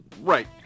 right